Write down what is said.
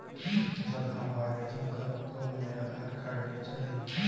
जब हम आवेदन करब त ओमे आधार कार्ड भी चाही?